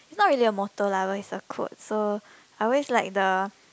it's not really a motto lah but it's a quote so I always like the